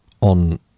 on